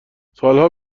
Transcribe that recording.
سالهای